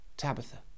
Tabitha